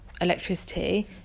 electricity